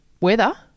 weather